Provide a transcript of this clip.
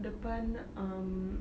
depan um